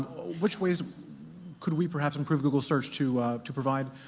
which ways could we perhaps improve google search to to provide